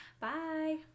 bye